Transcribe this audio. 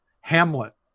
Hamlet